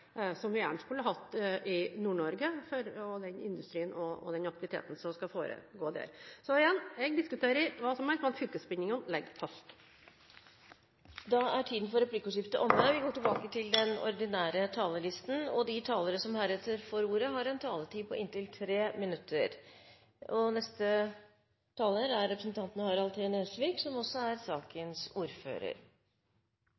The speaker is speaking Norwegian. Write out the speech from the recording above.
som vi gjerne skulle hatt i Nord-Norge, med tanke på den industrien og den aktiviteten som skal foregå der. Så jeg diskuterer hva som helst, men fylkesbindingene ligger fast. Replikkordskiftet er omme. De talere som heretter får ordet, har en taletid på inntil 3 minutter.